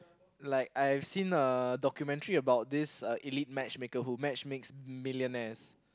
like I've seen a documentary about this elite match maker who matchmakes millionaires